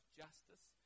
justice